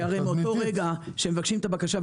הרי מרגע שמבקשים את הבקשה,